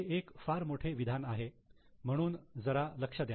हे एक फार मोठे विधान आहे म्हणून जरा लक्ष द्या